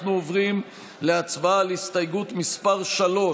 אנחנו עוברים להצבעה על הסתייגות מס' 3,